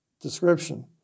description